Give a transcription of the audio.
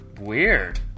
Weird